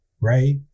right